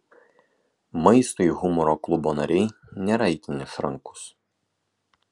maistui humoro klubo nariai nėra itin išrankūs